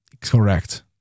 Correct